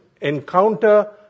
encounter